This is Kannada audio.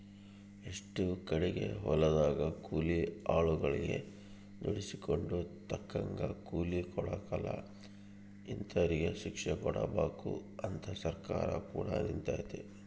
ಎಷ್ಟೊ ಕಡಿಗೆ ಹೊಲದಗ ಕೂಲಿ ಆಳುಗಳಗೆ ದುಡಿಸಿಕೊಂಡು ತಕ್ಕಂಗ ಕೂಲಿ ಕೊಡಕಲ ಇಂತರಿಗೆ ಶಿಕ್ಷೆಕೊಡಬಕು ಅಂತ ಸರ್ಕಾರ ಕೂಡ ನಿಂತಿತೆ